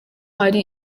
hari